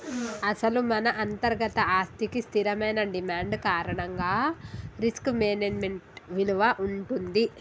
అసలు మన అంతర్గత ఆస్తికి స్థిరమైన డిమాండ్ కారణంగా రిస్క్ మేనేజ్మెంట్ విలువ ఉంటుంది